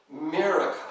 miracle